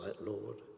Lord